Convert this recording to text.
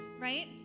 Right